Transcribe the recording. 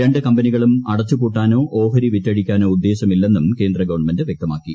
രണ്ട് കമ്പനികളും അടച്ചു പൂട്ടാനോ ഓഹരി വിറ്റഴിക്കാനോ ഉദ്ദേശ്യമില്ലെന്നും കേന്ദ്ര ഗവൺമെന്റ് വൃക്തമാക്കി